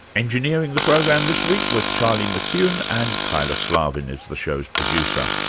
engineering the program this week was charlie mccune and kyla slaven is the show's producer.